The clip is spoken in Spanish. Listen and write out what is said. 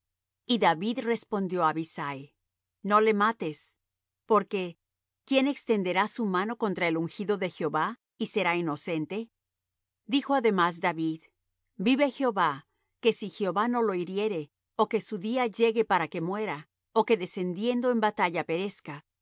y david respondió á abisai no le mates porque quién extenderá su mano contra el ungido de jehová y será inocente dijo además david vive jehová que si jehová no lo hiriere ó que su día llegue para que muera ó que descendiendo en batalla perezca